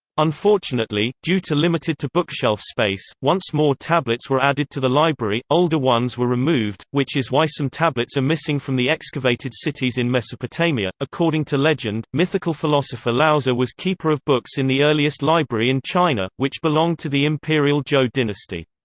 unfortunately, due to limited to bookshelf space, once more tablets were added to the library, older ones were removed, which is why some tablets are missing from the excavated cities in mesopotamia according to legend, mythical philosopher laozi was keeper of books in the earliest library in china, which belonged to the imperial zhou dynasty.